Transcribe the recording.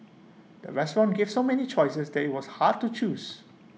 the restaurant gave so many choices that IT was hard to choose